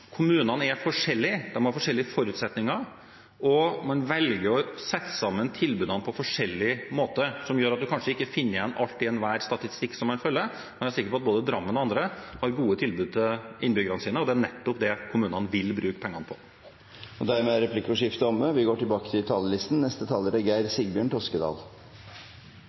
kommunene er forskjellige, de har forskjellige forutsetninger, og man velger å sette sammen tilbudene på forskjellig måte, noe som gjør at man kanskje ikke finner igjen alt i enhver statistikk man følger. Jeg er sikker på at både Drammen og andre har gode tilbud til innbyggerne sine, og det er nettopp det kommunene vil bruke pengene på. Replikkordskiftet er omme. Kommuneproposisjonen for 2018 er interessant lesning og